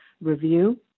review